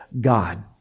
God